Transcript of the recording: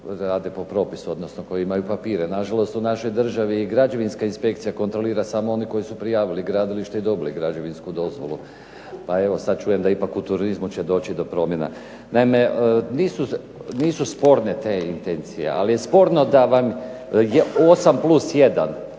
rade po propisu, odnosno koji imaju papire. Na žalost u našoj državi i građevinska inspekcija kontrolira samo one koji su prijavili gradilište i dobili građevinsku dozvolu, a evo sad čujem da ipak u turizmu će doći do promjena. Naime nisu sporne te intencije, ali je sporno da vam je osam plus